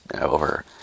over